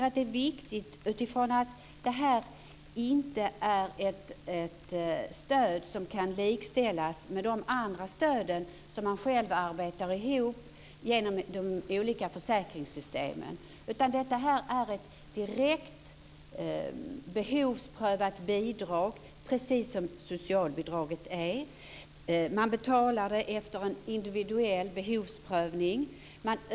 Det är viktigt utifrån att det inte är ett stöd som kan likställas med de andra stöden som man själv arbetar ihop genom de olika försäkringssystemen. Detta är ett direkt behovsprövat bidrag, precis som socialbidraget. Det betalas ut efter en individuell behovsprövning.